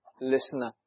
listener